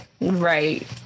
right